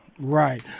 right